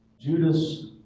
Judas